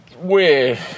weird